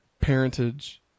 parentage